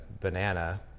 banana